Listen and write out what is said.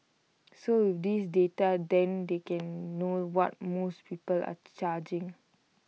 so this data then they can know what most people are charging